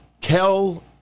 tell